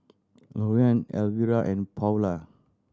Lorean Alvira and Paola